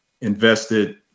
invested